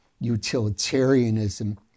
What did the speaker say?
utilitarianism